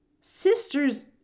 Sister's